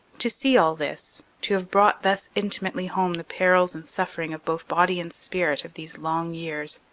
to see all this, to have brought thus intimately home the perils and sufferings of both body and spirit of these long years,